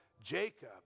Jacob